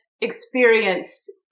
experienced